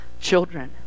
children